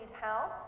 House